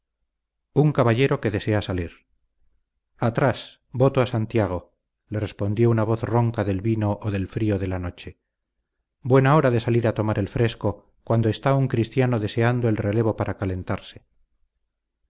un caballero que desea salir atrás voto a santiago le respondió una voz ronca del vino o del frío de la noche buena hora de salir a tomar el fresco cuando está un cristiano deseando el relevo para calentarse